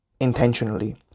intentionally